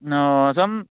ꯑꯣ ꯁꯨꯝ